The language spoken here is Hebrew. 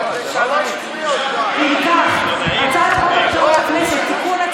אם כך הצעת חוק-יסוד: הכנסת (תיקון,